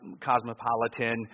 cosmopolitan